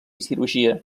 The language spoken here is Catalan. cirurgia